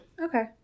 Okay